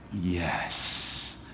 Yes